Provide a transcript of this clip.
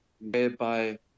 whereby